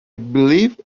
believe